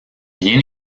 bien